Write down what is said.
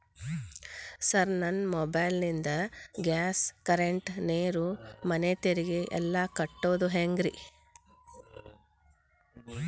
Sir ನನ್ನ mobile ನಿಂದ gas, current, ನೇರು, ಮನೆ ತೆರಿಗೆ ಎಲ್ಲಾ ಕಟ್ಟೋದು ಹೆಂಗ್ರಿ?